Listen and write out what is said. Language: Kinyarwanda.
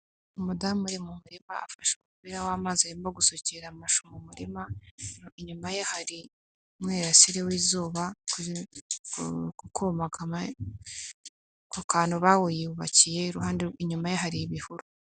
Umudamu uri mu murima afashe umupira w'amazi, arimo gusukirara amashu mu murima, inyuma ye hari umwirasire w'izuba, ku kantu bawubakiye, inyuma ye hari ibihuru.